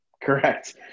Correct